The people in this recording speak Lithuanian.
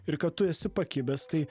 ir kad tu esi pakibęs tai